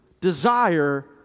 desire